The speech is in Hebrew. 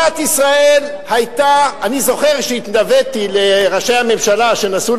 אני זוכר שהתלוויתי לראשי הממשלה שנסעו